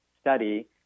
study